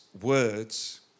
words